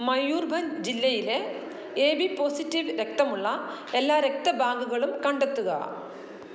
മയൂർഭ ജില്ലയിലെ AB positive രക്തമുള്ള എല്ലാ രക്തബാങ്കുകളും കണ്ടെത്തുക